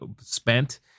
spent